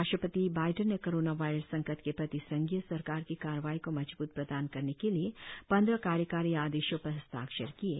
राष्ट्रपति बाइडेन ने corona virus संकट के प्रति संघीय सरकार की कार्रवाई को मजब्रती प्रदान करने के लिए पंद्रह कार्यकारी आदेशों पर हस्ताक्षर किये